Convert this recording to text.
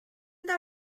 the